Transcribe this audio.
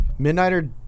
Midnighter